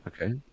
Okay